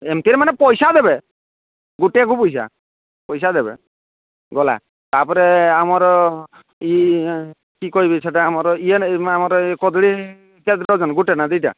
ସେମିତିରେ ମାନେ ପଇସା ଦେବେ ଗୋଟିଏକୁ ପଇସା ପଇସା ଦେବେ ଗଲା ତାପରେ ଆମର କି କି କହିବି ସେଟା ଆମର ଇଏ ଆମର କଦଳୀ କେତେ ଡଜନ୍ ଗୋଟିଏ ନା ଦିଟା